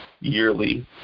yearly